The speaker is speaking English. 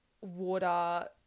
water